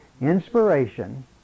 inspiration